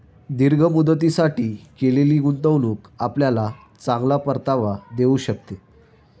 दीर्घ मुदतीसाठी केलेली गुंतवणूक आपल्याला चांगला परतावा देऊ शकते